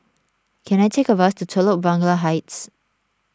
can I take a bus to Telok Blangah Heights